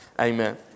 amen